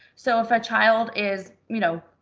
so if a child is, you know,